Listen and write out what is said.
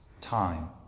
time